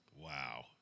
Wow